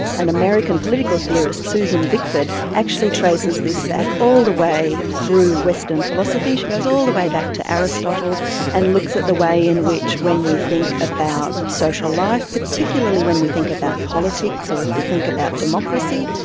an american political theorist susan bickford actually traces this back all the way through western philosophy, she goes all the way back to aristotle and looks at the way in which when we think about social life, particularly when we think about politics or if we think about democracy,